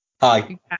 Hi